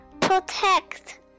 protect